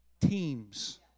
Teams